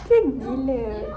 thrill gila